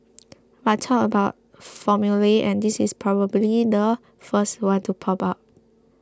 but talk about formulae and this is probably the first one to pop up